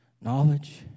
knowledge